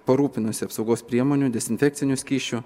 parūpinusi apsaugos priemonių dezinfekcinių skysčių